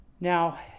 Now